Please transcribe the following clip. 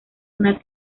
una